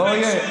לא יהיה.